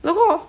如果